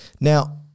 Now